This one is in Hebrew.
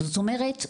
זאת אומרת,